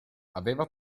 aveva